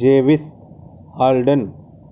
జెవిస్, హాల్డేన్,